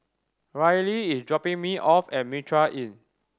Rylie is dropping me off at Mitraa Inn